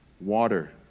water